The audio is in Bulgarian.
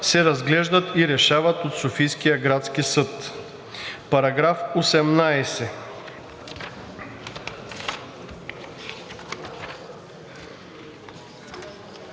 се разглеждат и решават от Софийския градски съд.“ Предложение